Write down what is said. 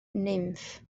nymff